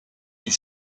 you